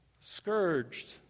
scourged